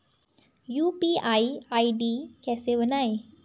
UPI ID कैसे बनायें?